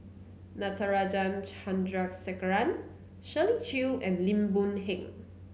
Natarajan Chandrasekaran Shirley Chew and Lim Boon Heng